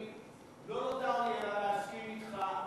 לא נותר לי אלא להסכים אתך.